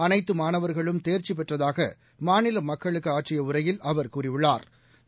அனைத்துமாணவா்களும் தேர்ச்சிபெற்றதாகமாநிலமக்களுக்கு ஆற்றியஉரையில் அவா் கூறியுள்ளாா்